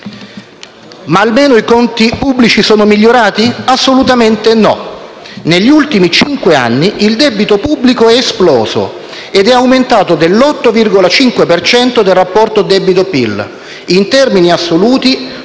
Ma almeno i conti pubblici sono migliorati? Assolutamente no. Negli ultimi cinque anni, il debito pubblico è esploso ed è aumentato dell'8,5 per cento il rapporto debito-PIL (in termini assoluti,